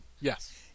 Yes